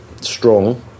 strong